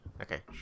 Okay